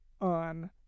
on